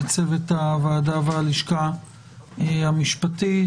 לצוות הוועדה והלשכה המשפטית,